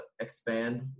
expand